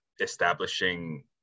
establishing